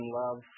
love